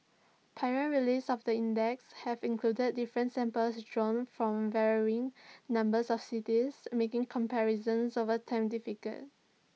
prior releases of the index have included different samples drawn from varying numbers of cities making comparison over time difficult